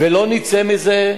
ולא נצא מזה,